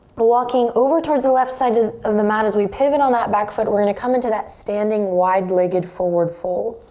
walking over towards the left side of the mat. as we pivot on that back foot, we're gonna come into that standing wide legged forward fold.